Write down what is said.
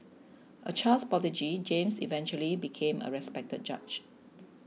a child prodigy James eventually became a respected judge